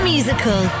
Musical